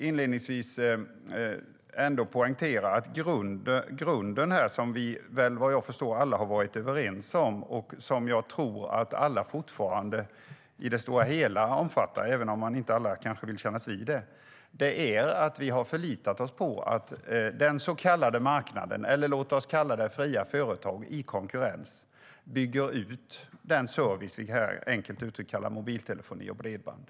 Inledningsvis vill jag poängtera att grunden som alla har varit överens om och som jag tror att alla i det stora hela omfattar - även om inte alla vid kännas vid det - är att vi har förlitat oss på att den så kallade marknaden eller fria företag i konkurrens ska bygga ut den service som vi kallar mobiltelefoni och bredband.